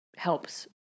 helps